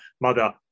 mother